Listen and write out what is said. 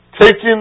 taking